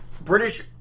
British